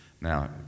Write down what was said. now